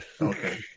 Okay